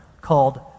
called